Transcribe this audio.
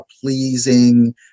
pleasing